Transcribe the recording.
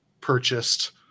purchased